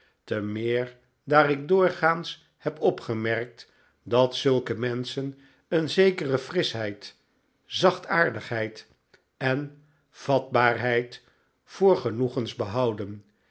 te meer daar ik doorgaans heb opgemerkt dat zulke menschen een zekere frischheid zachtaardigheid en vatbaarheid voor genoegens behouden